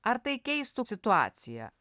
ar tai keistų situaciją